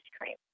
cream